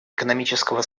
экономического